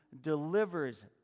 delivers